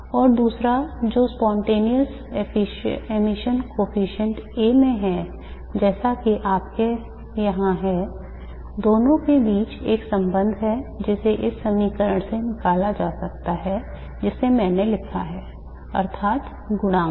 और दूसरा जो spontaneous emission coefficient A में है जैसा कि आपके यहाँ है दोनों के बीच एक संबंध है जिसे इस समीकरण से निकाला जा सकता है जिसे मैंने लिखा है अर्थात् गुणांक